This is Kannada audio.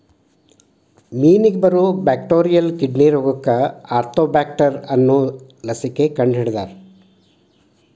ಮೇನಿಗೆ ಬರು ಬ್ಯಾಕ್ಟೋರಿಯಲ್ ಕಿಡ್ನಿ ರೋಗಕ್ಕ ಆರ್ತೋಬ್ಯಾಕ್ಟರ್ ಅನ್ನು ಲಸಿಕೆ ಕಂಡಹಿಡದಾರ